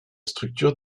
structure